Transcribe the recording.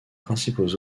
principaux